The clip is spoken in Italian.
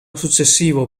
successivo